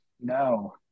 no